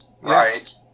right